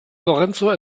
lorenzo